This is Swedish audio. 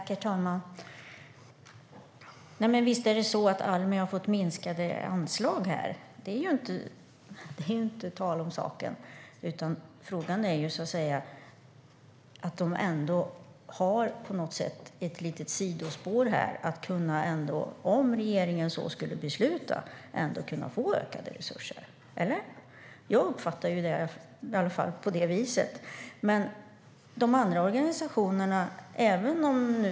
Herr talman! Visst har Almi fått minskade anslag. Frågan handlar om att de har ett litet sidospår att, om regeringen så skulle besluta, ändå kunna få ökade resurser - eller hur? Jag uppfattar det ändå så.